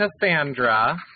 Cassandra